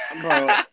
bro